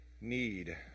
need